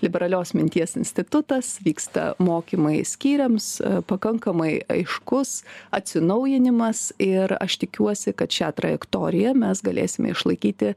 liberalios minties institutas vyksta mokymai skyriams pakankamai aiškus atsinaujinimas ir aš tikiuosi kad šią trajektoriją mes galėsime išlaikyti